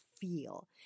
feel